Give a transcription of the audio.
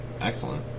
Excellent